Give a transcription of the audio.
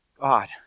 God